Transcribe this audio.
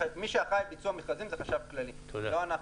החשב הכללי אחראי על ביצוע מכרזים, לא אנחנו.